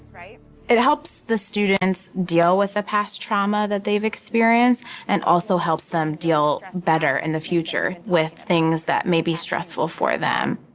it helps the students deal with the past trauma that they've experienced and also helps them deal better in the future with things that may be stressful for them.